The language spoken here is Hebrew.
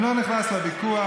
אני לא נכנס לוויכוח,